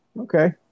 Okay